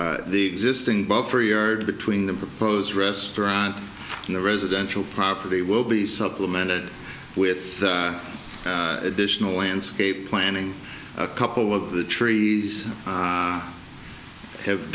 the existing buffer yard between the proposed restaurant and the residential property will be supplemented with additional landscape planning a couple of the trees have